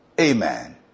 Amen